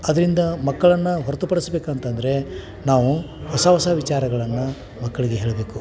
ಅದರಿಂದ ಮಕ್ಕಳನ್ನು ಹೊರ್ತುಪಡಿಸ್ಬೇಕು ಅಂತಂದರೆ ನಾವು ಹೊಸ ಹೊಸ ವಿಚಾರಗಳನ್ನು ಮಕ್ಕಳಿಗೆ ಹೇಳಬೇಕು